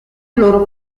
loro